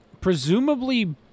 presumably